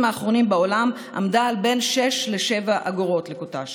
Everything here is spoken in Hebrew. האחרונים בעולם עמדה על בין 6 ל-7 אגורות לקוט"ש.